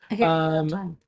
Okay